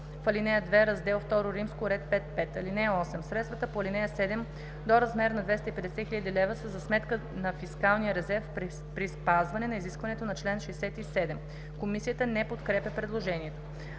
в ал. 2, раздел II, ред 5.5.“ „(8) Средствата по ал. 7 до размер на 250 хил. лв. са за сметка на фискалния резерв, при спазване на изискването на чл. 67.“ Комисията не подкрепя предложението.